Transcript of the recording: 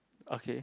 okay